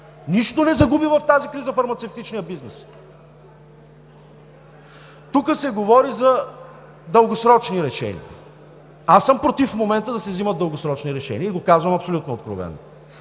Нищо не загуби в тази криза фармацевтичният бизнес. Тук се говори за дългосрочни решения. Аз съм против в момента да се взимат дългосрочни решения и го казвам абсолютно откровено.